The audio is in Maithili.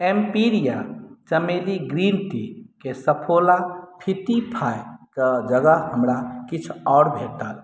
एम्पिरिया चमेली ग्रीन टीके सफोला फिट्टीफाइवके जगह हमरा किछु आओर भेटल